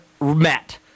met